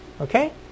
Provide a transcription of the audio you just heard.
Okay